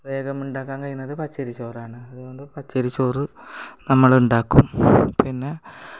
വേഗം ഉണ്ടാക്കാൻ കഴിയുന്നത് പച്ചരിച്ചോറാണ് അതുകൊണ്ട് പച്ചരിച്ചോറ് നമ്മളുണ്ടാക്കും പിന്നെ